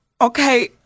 Okay